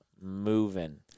Moving